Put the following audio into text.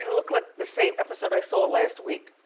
it looked like the same episode i saw last week.